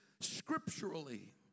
scripturally